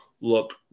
look